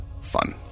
fun